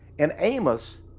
in amos,